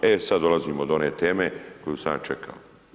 E sad dolazimo do one teme koju sam ja čekao.